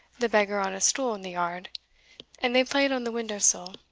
the beggar on a stool in the yard and they played on the window-sill.